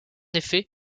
effet